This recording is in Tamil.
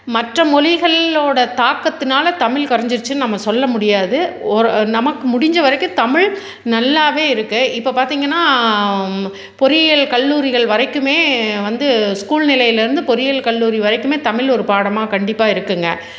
மற்ற மொழிகளோட தாக்கத்துனால் தமிழ் குறைஞ்சிருச்சின்னு நம்ம சொல்ல முடியாது ஒரு நமக்கு முடிஞ்சவரைக்கும் தமிழ் நல்லாவே இருக்கு இப்போ பார்த்திங்கன்னா பொறியியல் கல்லூரிகள் வரைக்குமே வந்து ஸ்கூல் நிலையிலருந்து பொறியியல் கல்லூரி வரைக்குமே தமிழ் ஒரு பாடமாக கண்டிப்பாக இருக்குங்க